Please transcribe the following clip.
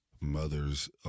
mothers